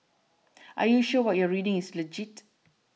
are you sure what you're reading is legit